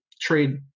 trade